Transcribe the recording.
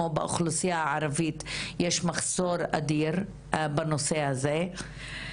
באוכלוסייה הערבית יש מחסור אדיר בנושא הזה.